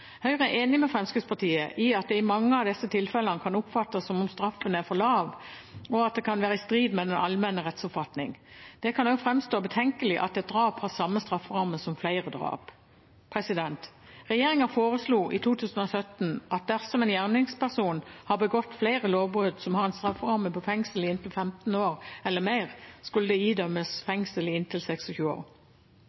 Høyre er enig med Fremskrittspartiet i at det i mange av disse tilfellene kan oppfattes som om straffen er for lav, og at det kan være i strid med den allmenne rettsoppfatning. Det kan også framstå betenkelig at ett drap har samme strafferamme som flere drap. Regjeringen foreslo i 2017 at dersom en gjerningsperson har begått flere lovbrudd som har en strafferamme på fengsel i inntil 15 år eller mer, skal det kunne idømmes